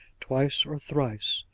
twice or thrice.